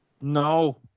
No